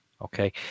Okay